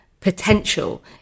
potential